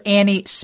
Annie